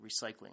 recycling